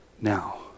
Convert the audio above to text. Now